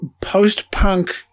post-punk